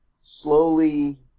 slowly